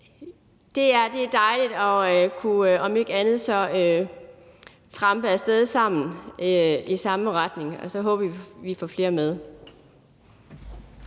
er det dejligt om ikke andet at trampe af sted sammen i samme retning, og så håber vi, at vi får flere med.